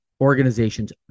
organizations